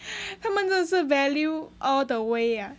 他们真的是 value all the way ah